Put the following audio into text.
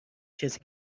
کسی